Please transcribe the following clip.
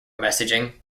messaging